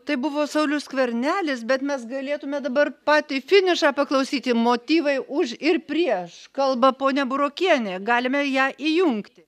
tai buvo saulius skvernelis bet mes galėtume dabar patį finišą paklausyti motyvai už ir prieš kalba ponia burokienė galime ją įjungti